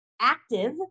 active